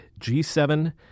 G7